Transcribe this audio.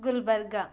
Gulbarga